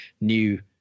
new